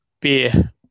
Beer